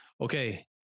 okay